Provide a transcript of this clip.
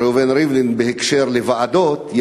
ראובן ריבלין בקשר לוועדות,